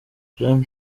jean